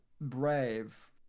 Brave